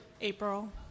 April